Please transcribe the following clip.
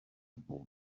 bob